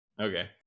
Okay